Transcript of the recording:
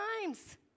times